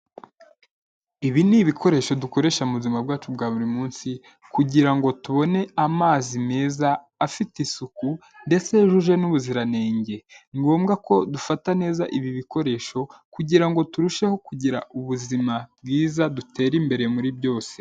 Ibi ni ibikoresho dukoresha mu buzima bwacu bwa buri munsi kugira ngo tubone amazi meza afite isuku ndetse yujuje n'ubuziranenge, ni ngombwa ko dufata neza ibi bikoresho kugira ngo turusheho kugira ubuzima bwiza dutere imbere muri byose.